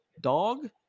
dog